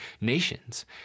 nations